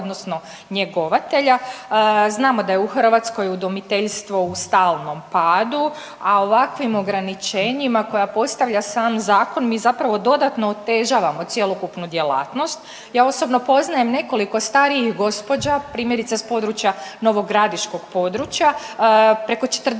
odnosno njegovatelja. Znamo da je u Hrvatskoj udomiteljstvo u stalnom padu, a ovakvim ograničenjima koja postavlja sam zakon mi zapravo dodatno otežavamo cjelokupnu djelatnost. Ja osobno poznajem nekoliko starijih gospođa primjerice s područja novogradiškog područja. Preko 40